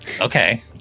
okay